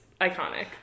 iconic